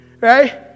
Right